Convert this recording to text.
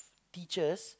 teachers